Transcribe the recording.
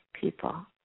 people